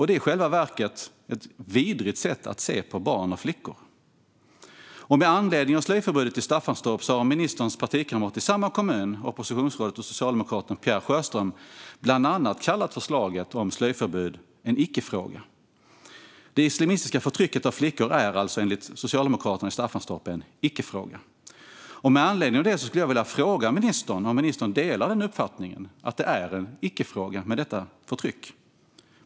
Det är i själva verket ett vidrigt sätt att se på barn och flickor. Med anledning av slöjförbudet i Staffanstorp har ministerns partikamrat i samma kommun, oppositionsrådet och socialdemokraten Pierre Sjöström, bland annat kallat förslaget en icke-fråga. Det islamistiska förtrycket av flickor är enligt socialdemokraterna i Staffanstorp alltså en icke-fråga. Med anledning av detta vill jag fråga ministern om hon delar uppfattningen att detta förtryck är en icke-fråga.